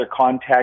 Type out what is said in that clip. contact